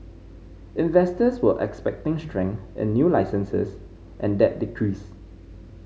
investors were expecting strength in new licences and that decreased